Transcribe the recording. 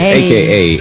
aka